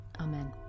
Amen